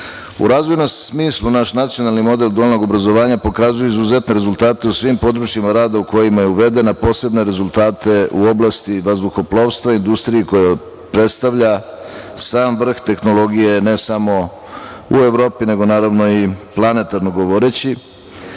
razvojnom smislu naš nacionalni model dualnog obrazovanja pokazuje izuzetne rezultate u svim područjima rada u kojima je uvedena … rezultate u oblasti vazduhoplovstva, industriji koja predstavlja sam vrh tehnologije, ne samo u Evropi, nego naravno i planetarno govoreći.